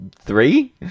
Three